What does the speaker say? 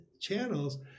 channels